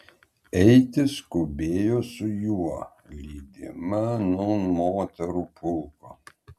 eiti skubėjo su juo lydima nūn moterų pulko